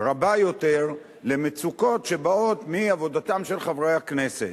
רבה יותר למצוקות שבאות מעבודתם של חברי הכנסת.